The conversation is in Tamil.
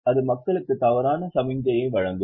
அது மக்களுக்கு தவறான சமிக்ஞையை வழங்கும்